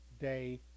day